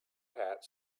hat